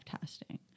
testing